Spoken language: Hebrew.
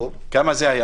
כמה זה היה